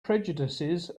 prejudices